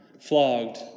flogged